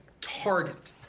target